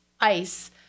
ice